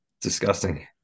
disgusting